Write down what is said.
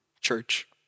church